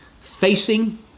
facing